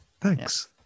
Thanks